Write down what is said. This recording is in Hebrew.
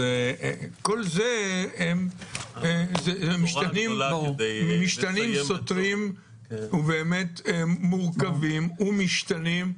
כל אלה הם משתנים סותרים ומורכבים ומשתנים,